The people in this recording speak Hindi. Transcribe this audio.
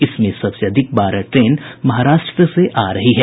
इसमें सबसे अधिक बारह ट्रेन महाराष्ट्र से आ रही है